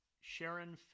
Sharon